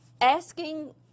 Asking